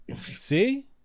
See